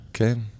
Okay